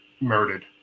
murdered